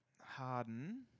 Harden